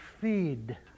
feed